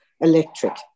electric